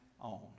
on